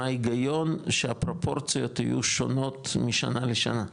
מה ההיגיון שהפרופורציות יהיו שונות משנה לשנה?